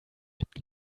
mit